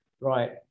right